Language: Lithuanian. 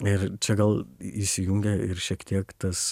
ir čia gal įsijungia ir šiek tiek tas